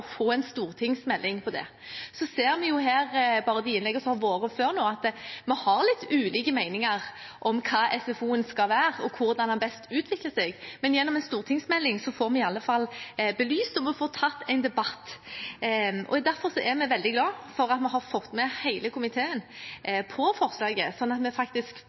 få en stortingsmelding om det. Så ser vi her bare i de innleggene som har vært før nå, at vi har litt ulike meninger om hva SFO-en skal være, og hvordan den best utvikler seg. Men gjennom en stortingsmelding får vi i alle fall belyst det, og vi får tatt en debatt. Derfor er vi veldig glad for at vi har fått med hele komiteen på forslaget, sånn at vi faktisk